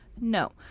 No